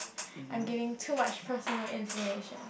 I'm giving too much personal information